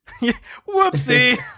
Whoopsie